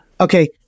Okay